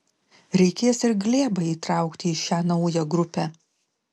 reikės ir glėbą įtraukti į šią naują grupę